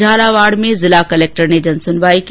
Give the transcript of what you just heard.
झालावाड़ में जिला कलेक्टर ने जन सुनवाई की